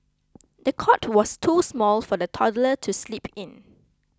the cot was too small for the toddler to sleep in